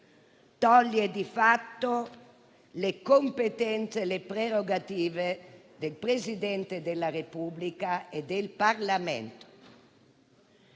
toglie di fatto le competenze e le prerogative del Presidente della Repubblica e del Parlamento.